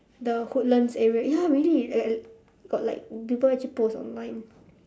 the woodlands area ya really uh got like people actually post online